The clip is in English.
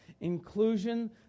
inclusion